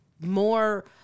more